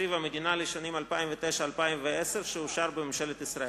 תקציב המדינה לשנים 2010-2009 שאושר בממשלת ישראל.